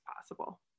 possible